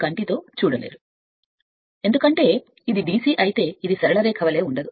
కంటి తో చూడలేరు ఎందుకంటే ఇది DC అయితే ఇది సరళ రేఖ వలె కాదు